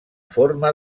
forma